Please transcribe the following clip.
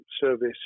service